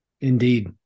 Indeed